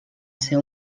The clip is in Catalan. ser